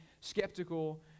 skeptical